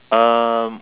um